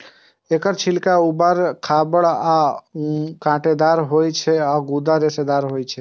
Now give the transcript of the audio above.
एकर छिलका उबर खाबड़ आ कांटेदार होइ छै आ गूदा रेशेदार होइ छै